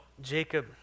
Jacob